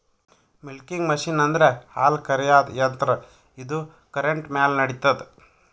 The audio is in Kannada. ಮಿಲ್ಕಿಂಗ್ ಮಷಿನ್ ಅಂದ್ರ ಹಾಲ್ ಕರ್ಯಾದ್ ಯಂತ್ರ ಇದು ಕರೆಂಟ್ ಮ್ಯಾಲ್ ನಡಿತದ್